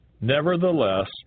Nevertheless